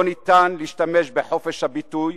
לא ניתן להשתמש בחופש הביטוי,